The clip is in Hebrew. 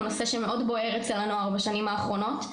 נושא שמאוד בוער אצל הנוער בשנים האחרונות,